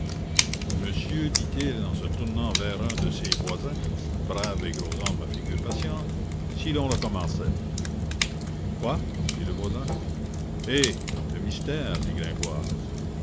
monsieur dit-il en se tournant vers un de ses voisins brave et gros homme à figure patiente si l'on recommençait quoi dit le voisin hé le mystère dit gringoire